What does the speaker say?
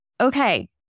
okay